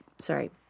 Sorry